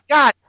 God